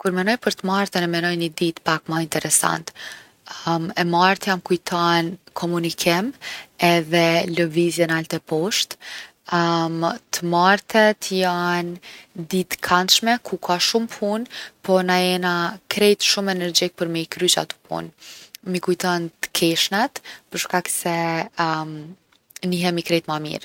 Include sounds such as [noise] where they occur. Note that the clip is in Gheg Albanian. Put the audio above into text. Kur menoj për t’martën e menoj ni ditë pak ma interesant. [hesitation] e martja m’kujton komunikim edhe lëvizje nalt e poshte. [hesitation] t’martet jon ditë t’kandshme ku ka shumë punë, po na jena krejt shumë energjik për me i kry qato punë. M’i kujton t’keshnet, për shkak se nihemi krejt ma mirë.